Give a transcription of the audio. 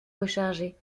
recharger